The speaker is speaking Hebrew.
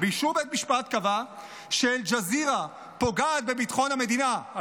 קבעה שאל-ג'זירה פוגעת בביטחון המדינה,